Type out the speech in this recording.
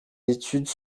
études